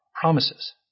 promises